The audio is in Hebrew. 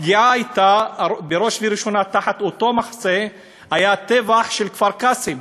הפגיעה הייתה בראש ובראשונה תחת אותו מחסה שבו היה הטבח של כפר-קאסם.